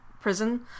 prison